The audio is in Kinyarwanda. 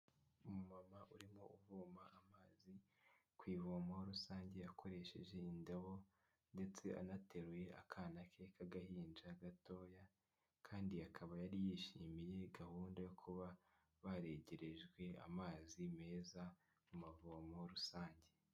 Umumama urimo uvoma amazi ku ivomo rusange akoresheje indobo, ndetse anateruye akana ke k'agahinja gatoya, kandi akaba yari yishimiye gahunda yo kuba baregerejwe amazi meza mu mavomo rusange.